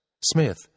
Smith